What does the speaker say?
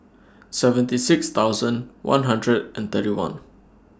seventy six thousand one hundred and thirty one